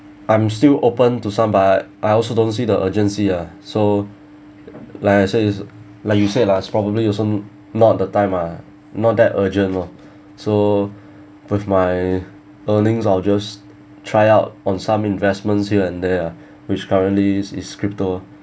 I'm still open to some but I also don't see the urgency ah so like I said it's like you say lah probably also not the time ah not that urgent lor so with my earnings I'll just try out on some investments here and there ah which currently is crypto